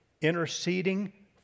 interceding